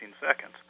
seconds